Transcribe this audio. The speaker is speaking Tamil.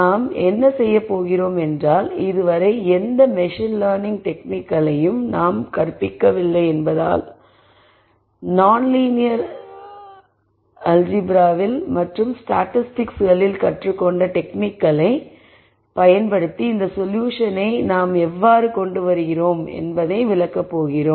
நாங்கள் என்ன செய்யப் போகிறோம் என்றால் இதுவரை எந்த மெஷின் லேர்னிங் டெக்னிக்களையும் நாங்கள் கற்பிக்கவில்லை என்பதால் நாம் லீனியர் அல்ஜீப்ரா மற்றும் ஸ்டாட்டிஸ்டிக்ஸ் களில் கற்றுக்கொண்ட டெக்னிக்களைப் இந்த சொல்யூஷனை நாங்கள் எவ்வாறு கொண்டு வருகிறோம் என்பதை விளக்க பயன்படுத்தப் போகிறோம்